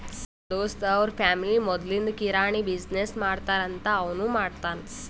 ನಮ್ ದೋಸ್ತ್ ಅವ್ರ ಫ್ಯಾಮಿಲಿ ಮದ್ಲಿಂದ್ ಕಿರಾಣಿ ಬಿಸಿನ್ನೆಸ್ ಮಾಡ್ತಾರ್ ಅಂತ್ ಅವನೂ ಮಾಡ್ತಾನ್